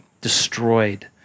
destroyed